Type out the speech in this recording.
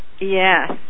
Yes